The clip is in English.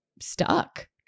stuck